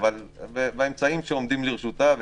אבל באמצעים שעומדים לרשותה,